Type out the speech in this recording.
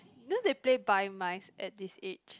then they play blind mice at this age